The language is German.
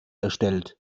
erstellt